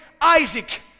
Isaac